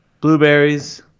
blueberries